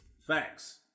Facts